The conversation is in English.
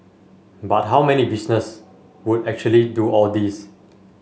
but how many business would actually do all this